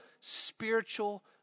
spiritual